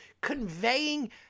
conveying